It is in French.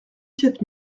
quatre